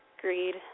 greed